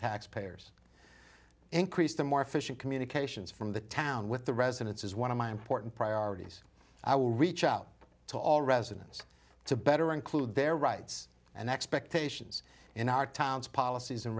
taxpayers increase the more efficient communications from the town with the residents as one of my important priorities i will reach out to all residents to better include their rights and expectations in our towns policies and